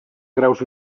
graus